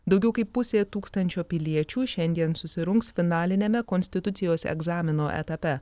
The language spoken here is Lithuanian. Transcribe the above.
daugiau kaip pusė tūkstančio piliečių šiandien susirungs finaliniame konstitucijos egzamino etape